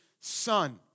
son